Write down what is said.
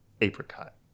apricot